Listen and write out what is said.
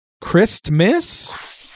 Christmas